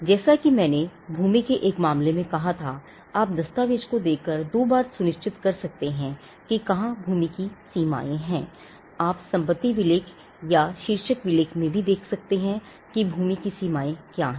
जैसा कि मैंने एक भूमि के मामले में कहा था आप दस्तावेज को देखकर दो बार सुनिश्चित कर सकते हैं कि कहां भूमि की सीमाएं हैं आप संपत्ति विलेख या शीर्षक विलेख में भी देख सकते हैं कि भूमि की सीमाएँ क्या हैं